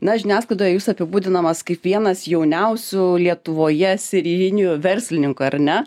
na žiniasklaidoje jūs apibūdinamas kaip vienas jauniausių lietuvoje serijiniu verslininku ar ne